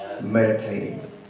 meditating